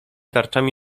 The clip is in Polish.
tarczami